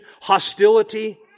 hostility